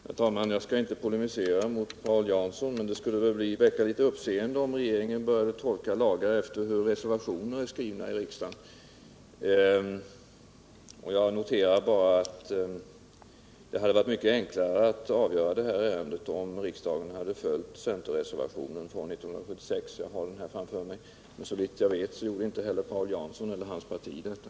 Herr talman! Jag skall inte polemisera mot Paul Jansson, men det skulle väl väcka litet uppseende om regeringen började tolka lagar efter hur reservationer är skrivna i riksdagen. Jag noterar bara att det hade varit mycket enklare att avgöra detta ärende om riksdagen hade följt centerreservationen 1976. Jag har den framför mig. Men såvitt jag vet gjorde inte heller Paul Jansson eller hans parti detta.